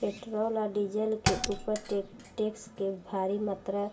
petrol आ diesel के ऊपर टैक्स के भारी मात्रा